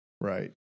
right